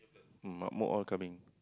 Mak Muk all coming